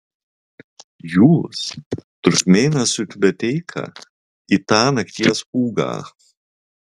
jūs turkmėnas su tiubeteika į tą nakties pūgą